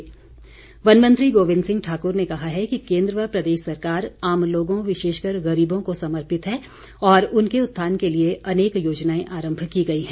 गोबिंद ठाकुर वन मंत्री गोविंद सिंह ठाकुर ने कहा है कि केंद्र व प्रदेश सरकार आम लोगों विशेषकर गरीबों को समर्पित है और उनके उत्थान के लिए अनेक योजनाएं आरम्म की गई है